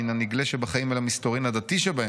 מן הנגלה שבחיים אל המסתורין הדתי שבהם.